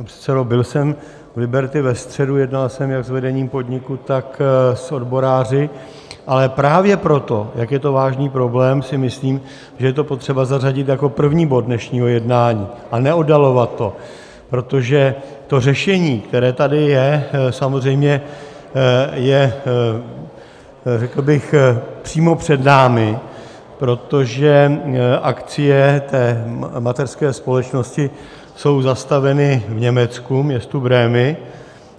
Pane předsedo, byl jsem v Liberty ve středu, jednal jsem jak s vedením podniku, tak s odboráři, ale právě proto, jak je to vážný problém, si myslím, že je to potřeba zařadit jako první bod dnešního jednání a neoddalovat to, protože to řešení, které tady je, samozřejmě je, řekl bych, přímo před námi, protože akcie té mateřské společnosti jsou zastaveny v Německu, městu Brémy,